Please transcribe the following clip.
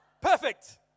Perfect